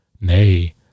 Nay